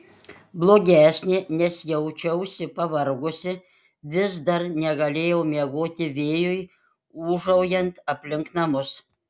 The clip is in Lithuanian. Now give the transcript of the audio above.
blogesnė nes jaučiausi pavargusi vis dar negalėjau miegoti vėjui ūžaujant aplink namus